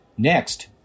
Next